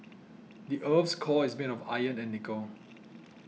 the earth's core is made of iron and nickel